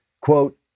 quote